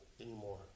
anymore